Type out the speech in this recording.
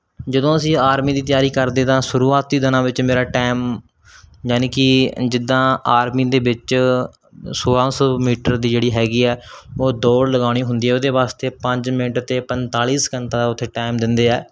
ਜਦੋਂ ਅਸੀਂ ਆਰਮੀ ਦੀ ਤਿਆਰੀ ਕਰਦੇ ਤਾਂ ਸ਼ੁਰੂਆਤੀ ਦਿਨਾਂ ਵਿੱਚ ਮੇਰਾ ਟਾਈਮ ਯਾਨੀ ਕਿ ਜਿੱਦਾਂ ਆਰਮੀ ਦੇ ਵਿੱਚ ਸੋਲ੍ਹਾਂ ਸੌ ਮੀਟਰ ਦੀ ਜਿਹੜੀ ਹੈਗੀ ਆ ਉਹ ਦੌੜ ਲਗਾਉਣੀ ਹੁੰਦੀ ਆ ਉਹਦੇ ਵਾਸਤੇ ਪੰਜ ਮਿੰਟ ਅਤੇ ਪੰਤਾਲੀ ਸਕਿੰਤ ਦਾ ਉੱਥੇ ਟਾਈਮ ਦਿੰਦੇ ਹੈ